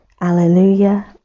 alleluia